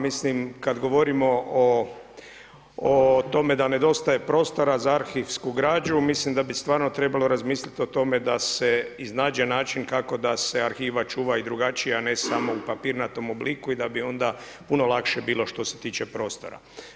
Mislim kad govorimo o tome da nedostaje prostora za arhivsku građu, mislim da bi stvarno trebalo razmisliti o tome da se iznađe način kako da se arhiva čuva i drugačije, a ne samo u papirnatom obliku i da bi onda puno lakše bilo što se tiče prostora.